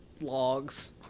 logs